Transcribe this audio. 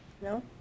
No